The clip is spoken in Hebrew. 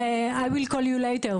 I will call you later",